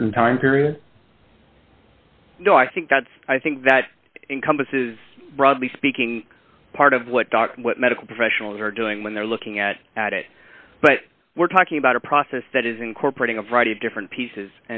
certain time period so i think that's i think that encompasses broadly speaking part of what medical professionals are doing when they're looking at at it but we're talking about a process that is incorporating a variety of different pieces